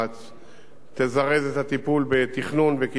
תזרז את הטיפול בתכנון וקידום הנושא הזה,